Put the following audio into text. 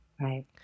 Right